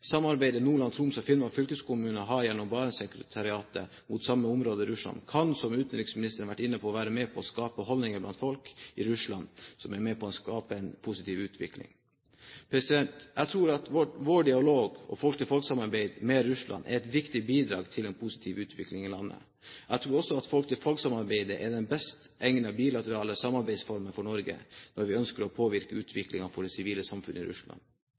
samarbeidet Nordland, Troms og Finnmark fylkeskommune har gjennom Barentssekretariatet, mot samme område i Russland, kan, som utenriksministeren har vært inne på, være med på å skape holdninger blant folk i Russland som er med på å skape en positiv utvikling. Jeg tror at vår dialog og vårt folk-til-folk-samarbeid med Russland er et viktig bidrag til en positiv utvikling i landet. Jeg tror også at folk-til-folk-samarbeidet er den best egnede bilaterale samarbeidsformen for Norge når vi ønsker å påvirke utviklingen for det sivile samfunn i Russland.